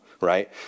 right